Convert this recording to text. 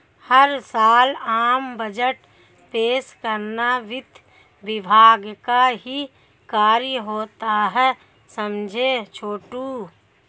हर साल आम बजट पेश करना वित्त विभाग का ही कार्य होता है समझे छोटू